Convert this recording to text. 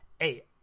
hey